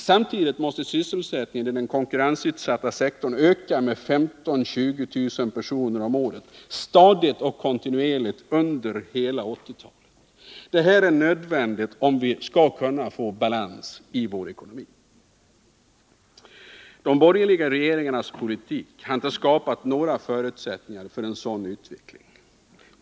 Samtidigt måste sysselsättningen i den konkurrensutsatta sektorn öka med 15 000-20 000 personer om året stadigt och kontinuerligt under hela 1980-talet. Det är nödvändigt om vi skall kunna få balans i vår ekonomi. De borgerliga regeringarnas politik har inte skapat några förutsättningar för en sådan utveckling.